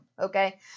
okay